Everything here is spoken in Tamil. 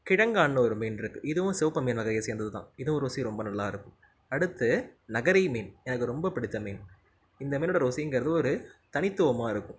கிழங்கானு ஒரு மீன் இருக்குது இதுவும் சிவப்பு மீன் வகையை சேர்ந்தது தான் இதுவும் ருசி ரொம்ப நல்லாயிருக்கும் அடுத்து நகரை மீன் எனக்கு ரொம்ப பிடித்த மீன் இந்த மீனோட ருசிங்கிறது ஒரு தனித்துவமாக இருக்கும்